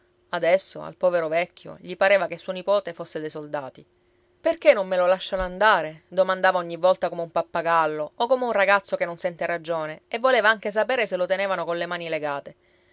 adesso al povero vecchio gli pareva che suo nipote fosse dei soldati perché non me lo lasciano andare domandava ogni volta come un pappagallo o come un ragazzo che non sente ragione e voleva anche sapere se lo tenevano colle mani legate